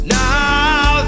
now